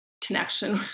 connection